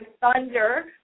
thunder